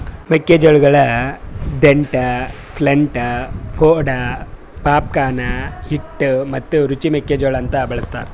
ಮೆಕ್ಕಿ ಜೋಳಗೊಳ್ dent, flint, pod, popcorn, ಹಿಟ್ಟು ಮತ್ತ ರುಚಿ ಮೆಕ್ಕಿ ಜೋಳ ಅಂತ್ ಬಳ್ಸತಾರ್